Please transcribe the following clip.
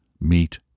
Meet